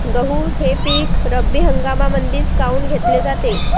गहू हे पिक रब्बी हंगामामंदीच काऊन घेतले जाते?